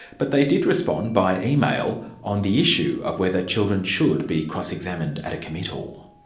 but they did respond, by email, on the issue of whether children should be cross-examined at a committal.